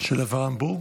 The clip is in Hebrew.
של אברהם בורג?